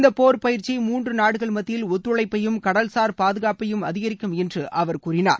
இந்த போர் பயிற்சி மூன்று நாடுகள் மத்தியில் ஒத்துழைப்பையும் கடல்சார் பாதுகாப்பையும் அதிகரிக்கும் என்று அவர் கூறினார்